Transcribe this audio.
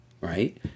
right